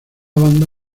banda